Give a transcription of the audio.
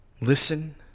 listen